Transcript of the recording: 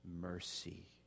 mercy